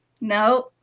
no